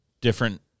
different –